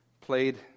played